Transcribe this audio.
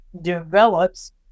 develops